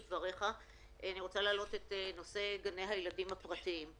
אני רוצה להעלות את נושא גני הילדים הפרטיים.